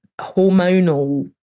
hormonal